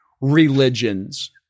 religions